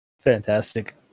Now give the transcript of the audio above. Fantastic